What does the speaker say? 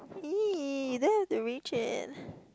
!ee! then I have to reach it